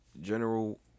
General